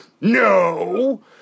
No